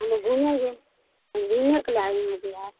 हम लोग घूमेंगे हम घूमने के लिए आए हुए हैं बिहार